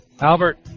Albert